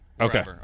Okay